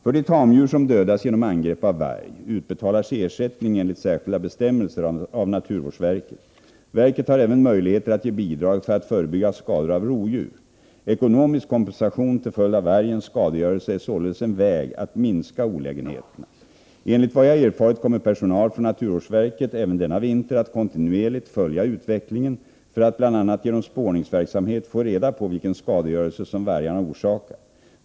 För de tamdjur som dödas genom angrepp av varg utbetalas ersättning av naturvårdsverket enligt särskilda bestämmelser. Verket har även möjligheter att ge bidrag för att förebygga skador av rovdjur. Ekonomisk kompensation till följd av vargens skadegörelse är således en väg att minska olägenheterna. Enligt vad jag erfarit kommer personal från naturvårdsverket även denna vinter att kontinuerligt följa utvecklingen för att bl.a. genom spårningsverksamhet få reda på vilken skadegörelse som vargarna orsakar.